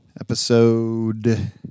Episode